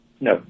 No